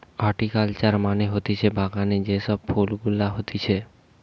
horticulture মানে হতিছে বাগানে যে সব ফুল গুলা হতিছে